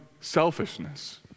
selfishness